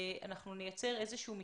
אנחנו נייצר איזשהו מפגש,